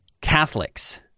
Catholics